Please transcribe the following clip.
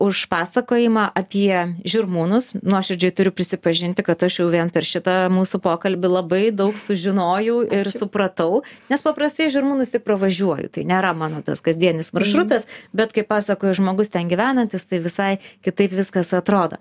už pasakojimą apie žirmūnus nuoširdžiai turiu prisipažinti kad aš jau vien per šitą mūsų pokalbį labai daug sužinojau ir supratau nes paprastai žirmūnus tik pravažiuoju tai nėra mano tas kasdienis maršrutas bet kaip pasakoj žmogus ten gyvenantis tai visai kitaip viskas atrodo